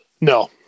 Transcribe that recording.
No